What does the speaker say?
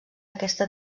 aquesta